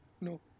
No